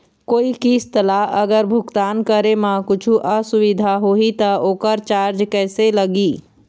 कोई किस्त ला अगर भुगतान करे म कुछू असुविधा होही त ओकर चार्ज कैसे लगी?